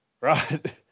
right